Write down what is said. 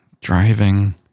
Driving